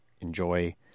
enjoy